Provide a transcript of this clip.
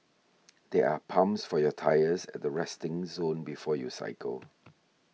there are pumps for your tyres at the resting zone before you cycle